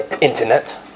internet